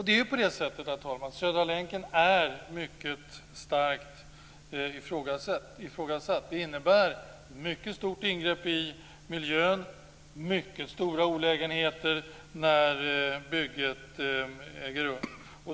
Det är ju så, herr talman, att Södra länken är mycket starkt ifrågasatt. Den innebär ett mycket stort ingrepp i miljön och mycket stora olägenheter när bygget äger rum.